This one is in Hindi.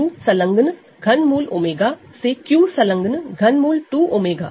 Q सलंग्न ∛ 𝜔से Q सलंग्न ∛ 2 𝜔